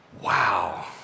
Wow